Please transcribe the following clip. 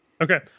Okay